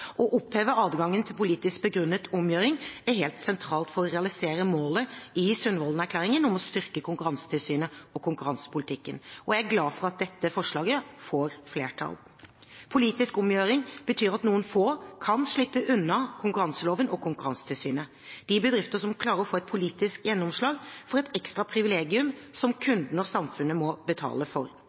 Å oppheve adgangen til politisk begrunnet omgjøring er helt sentralt for å realisere målet i Sundvolden-erklæringen om å styrke Konkurransetilsynet og konkurransepolitikken. Jeg er glad for at dette forslaget får flertall. Politisk omgjøring betyr at noen få kan slippe unna konkurranseloven og Konkurransetilsynet. De bedriftene som klarer å få et politisk gjennomslag, får et ekstra privilegium som kundene og samfunnet må betale for,